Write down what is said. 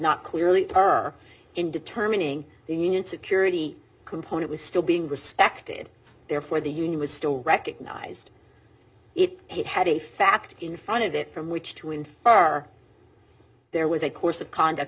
not clearly her in determining the union security component was still being respected therefore the union was still recognized it had a fact in front of it from which to infer there was a course of conduct